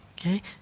Okay